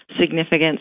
significant